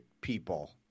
people